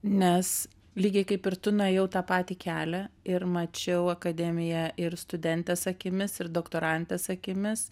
nes lygiai kaip ir tu nuėjau tą patį kelią ir mačiau akademiją ir studentės akimis ir doktorantės akimis